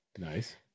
Nice